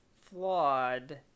flawed